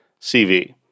CV